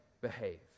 behave